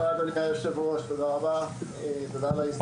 תודה אדוני היושב-ראש תודה רבה, תודה על ההזדמנות.